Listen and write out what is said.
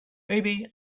maybe